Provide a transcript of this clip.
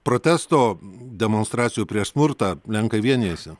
protesto demonstracijų prieš smurtą lenkai vienijasi